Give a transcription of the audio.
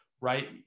right